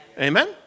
amen